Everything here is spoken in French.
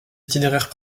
itinéraires